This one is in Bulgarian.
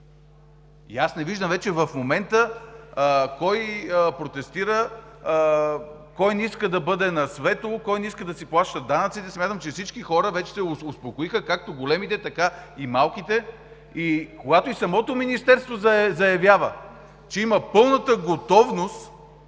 Не виждам в момента кой протестира, кой не иска да бъде на светло, кой не иска да си плаща данъците. Смятам, че всички хора вече се успокоиха – както големите, така и малките. И когато и самото министерство заявява, че има пълната готовност